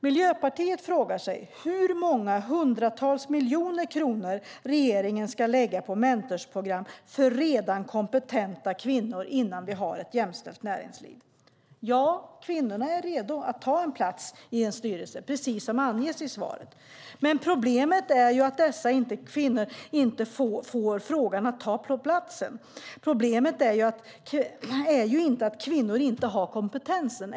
Miljöpartiet frågar sig hur många hundratals miljoner kronor regeringen ska lägga på mentorsprogram för redan kompetenta kvinnor innan vi får ett jämställt näringsliv. Ja, kvinnorna är redo att ta plats i en styrelse, precis som anges i svaret, men problemet är att dessa kvinnor inte får frågan om att ta platsen. Problemet är ju inte att kvinnor inte har kompetensen!